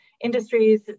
industries